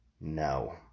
no